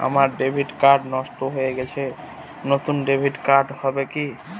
আমার debit card নষ্ট হয়ে গেছে নূতন ডেবিট কার্ড হবে কি?